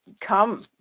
come